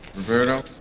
roberto?